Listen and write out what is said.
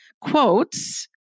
quotes